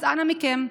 אז אנא מכם,